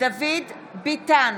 דוד ביטן,